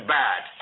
bad